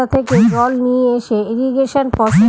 বিভিন্ন জায়গা থেকে জল নিয়ে এনে ইরিগেশন প্রসেস করা হয়